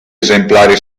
esemplari